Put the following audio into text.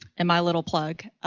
and my little plug,